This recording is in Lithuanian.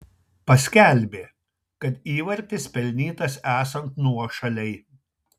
paskelbė kad įvartis pelnytas esant nuošalei